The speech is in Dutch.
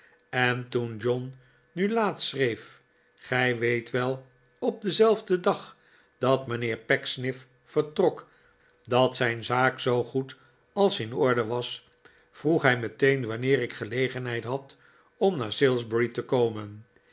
en toen john nu laatst schreef gij weet wel op denzelfden dag dat mijnheer pecksniff vertrok dat zijn zaak zoo goed als in orde was vroeg hij meteen wanneer ik gelegenheid had om naar salisbury te komen